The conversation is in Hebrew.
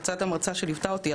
בעצת המרצה שליוותה אותי,